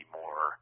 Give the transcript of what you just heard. more